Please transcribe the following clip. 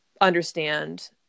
understand